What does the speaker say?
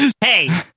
Hey